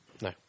No